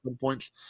points